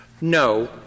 No